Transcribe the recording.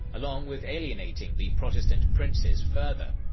along with alienating the protestant princes further.